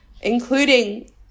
Including